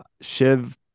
Shiv